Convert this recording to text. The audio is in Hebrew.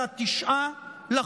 זה 9 בחודש.